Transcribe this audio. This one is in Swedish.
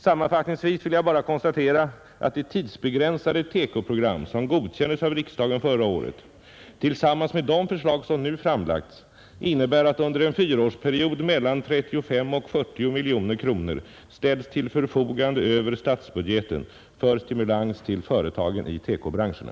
Sammanfattningsvis vill jag bara konstatera att det tidsbegränsade TEKO-program som godkändes av riksdagen förra året tillsammans med de förslag som nu framlagts innebär att under en fyraårsperiod mellan 35 och 40 miljoner kronor ställs till förfogande över statsbudgeten för stimulans till företagen i TEKO-branscherna.